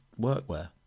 workwear